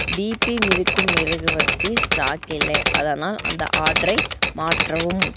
DP மிதக்கும் மெழுவர்த்தி stock இல்லை அதனால் அந்த ஆர்டரை மாற்றவும்